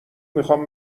میخوام